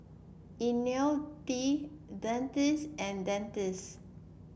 IoniL T Dentiste and Dentiste